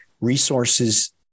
resources